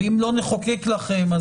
ואם לא נחוקק לכם,